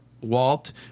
Walt